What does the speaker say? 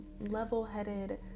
level-headed